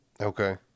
Okay